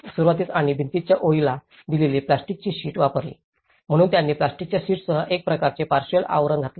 सुरुवातीस आणि भिंतींच्या ओळीला दिलेली प्लास्टिकची शीट्स वापरली म्हणून त्यांनी प्लास्टिकच्या शीटसह एक प्रकारचे पार्शिअल आवरण घातले